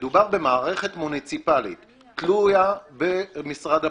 שמדובר במערכת מוניציפאלית תלויה במשרד הפנים,